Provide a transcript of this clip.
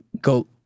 go